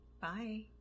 bye